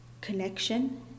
connection